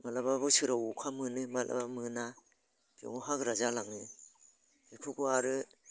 माब्लाबा बोसोराव अखा मोनो माब्लाबा मोना थेवब्लाबो हाग्रा जालाङो बेफोरखौ आरो